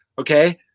okay